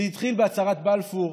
זה התחיל בהצהרת בלפור,